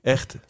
Echt